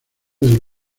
del